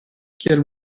kiel